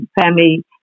family